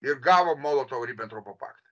ir gavom molotovo ribentropo paktą